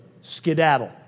skedaddle